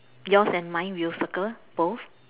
yours and mine we will circle both